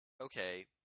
Okay